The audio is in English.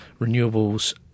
renewables